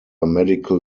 medical